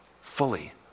fully